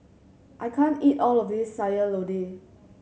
I can't eat all of this Sayur Lodeh